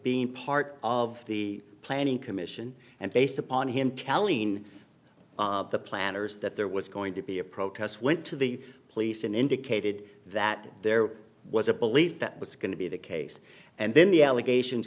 being part of the planning commission and based upon him telling the planners that there was going to be a protest went to the police and indicated that there was a belief that was going to be the case and then the allegations